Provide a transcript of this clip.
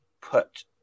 put